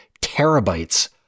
terabytes